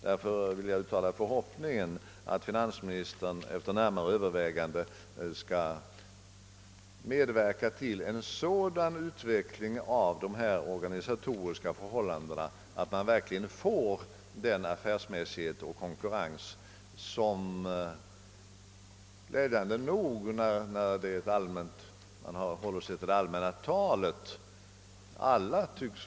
Därför uttalar jag förhoppningen att finansministern efter närmare överväganden skall medverka till en sådan utveckling av dessa organisatoriska förhållanden att vi verkligen får den affärsmässighet och konkurrens som alla glädjande nog tycks vara ense om när man håller sig till allmänna talesätt.